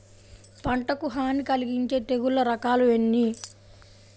పంటకు హాని కలిగించే తెగుళ్ళ రకాలు ఎన్ని?